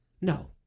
No